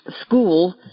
school